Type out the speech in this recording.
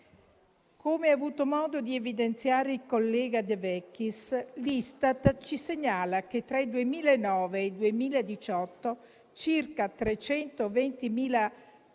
Come ha avuto modo di evidenziare il collega De Vecchis, l'Istat ci segnala che tra il 2009 e il 2018 circa 320.000 giovani